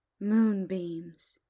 Moonbeams